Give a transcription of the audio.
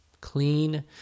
clean